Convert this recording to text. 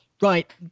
Right